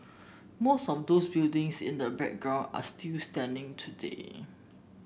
most of those buildings in the background are still standing today